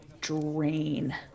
drain